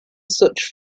such